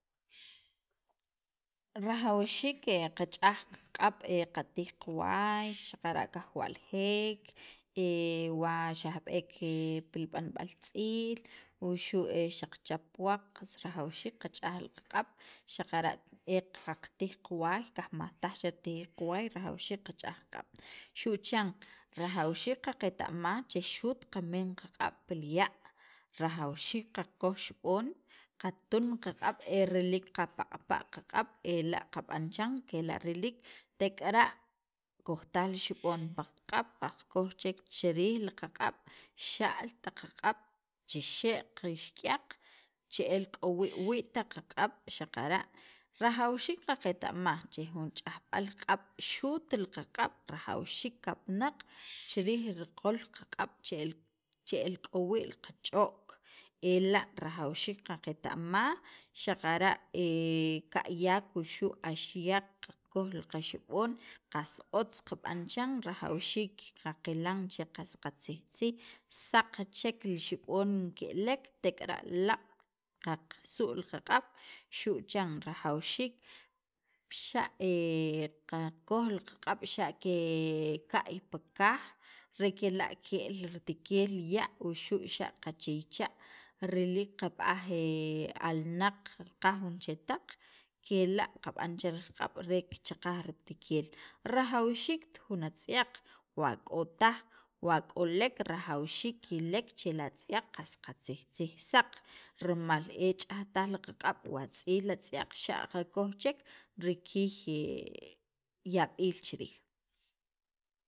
rajawxiik qach'aj qaq'ab' ee qatij qawaay xaqara' qajwa'ljek wa xajb'eek pi li b'anb'al tz'iil wuxu' e xaqachap puwaq rajawxiik qach'aj li qaq'ab' xaqara' el qatij qawaj, qajmajtaj che ritijiik qawaay rajawxiik qaqeta'maj che xu't qamin qaq'ab' pil ya' rajawxiik qakoj xib'on qatun qaq'ab' e riliik qapaq'pa' qaq'ab' ela' qab'an chiran kela' riliik tek'ara' kojtaj li xib'on paqq'ab' qakoj chek chi riij qaq'ab' xa'l taq qaq'ab' chixe' qixk'yaq, che'el k'o wii' wii' taq qaq'ab' xaqara' rajawxiik qaqeta'maj che jun ch'ajb'al q'ab' xu't li qaq'ab' rajawxiik kapanaq qol taq qaq'ab' che'el k'o wii' li qach'o'k ela' rajawxiik qaqeta'maj xaqara' ka'yak wuxu' axya' qakoj li xib'on qas otz qab'an chiran rajawxiik qaqil che qas qatzijtzij saq chek li xib'on ke'elk tek'ara' laaq' qasu' li qaq'ab' xu' chan rajawxiik xa' qakoj li q'ab' xa' keka'y pi qaj xa' kela' ke'l ritikeel li ya' wuxu' xa' qachiycha' riliik qab'aj alnaq qaqaj jun chetaq kela' qab'an cha qaq'ab' re kichaqaj ritikeel rajawxiikt jun atz'yaq wa k'otaj wa k'olek rajawxiik kilek che qs qatzijtzij saq, rimal e ch'ajtaj qaq'ab' wa tz'iil li atz'yaq xa' qakoj chek rikiy yab'iil chiriij.